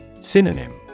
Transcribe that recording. Synonym